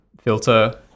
filter